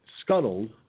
scuttled